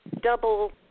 Double